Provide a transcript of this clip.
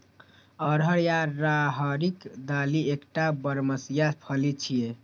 अरहर या राहरिक दालि एकटा बरमसिया फली छियै